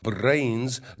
Brains